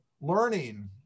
learning